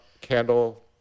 candle